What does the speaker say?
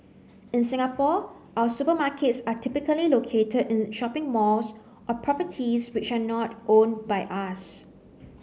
in Singapore our supermarkets are typically located in shopping malls or properties which are not owned by us